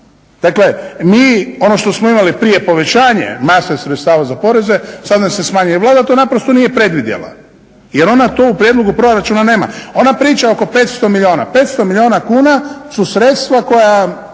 Dakle, mi ono što smo imali prije povećanje mase sredstava za poreze, sada nam se smanjuje. I Vlada to naprosto nije predvidjela. Jer ona to u prijedlogu proračuna nema. Ona priča oko 500 milijuna, 500 milijuna kuna su sredstva koja